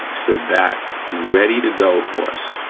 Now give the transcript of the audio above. so that's ready to go for us.